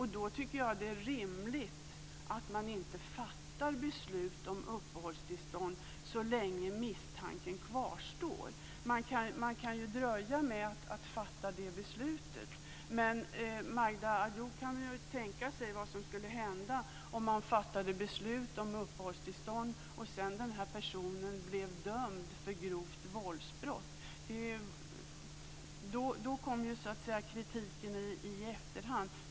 Jag tycker att det är rimligt att man inte fattar beslut om uppehållstillstånd så länge en misstanke kvarstår. Man kan ju dröja med att fatta beslutet. Magda Ayoub kan ju tänka sig vad som skulle hända om man fattade beslut om uppehållstillstånd och referenspersonen som sedan blir dömd för grovt våldsbrott. Då skulle kritiken komma så att säga i efterhand.